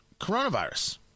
coronavirus